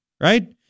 Right